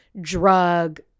drug